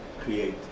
create